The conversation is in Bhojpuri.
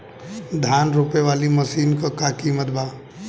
धान रोपे वाली मशीन क का कीमत बा?